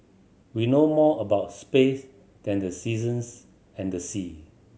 we know more about space than the seasons and the sea